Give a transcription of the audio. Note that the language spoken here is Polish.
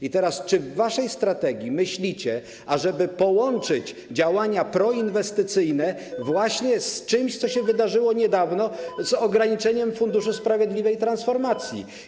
I teraz: Czy w waszej strategii zawiera się myśl, ażeby połączyć działania proinwestycyjne właśnie z czymś, co się wydarzyło niedawno, czyli z ograniczeniem Funduszu Sprawiedliwej Transformacji?